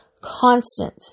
constant